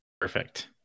Perfect